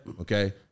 Okay